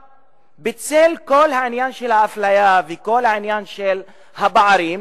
בצל כל העניין של האפליה וכל העניין של הפערים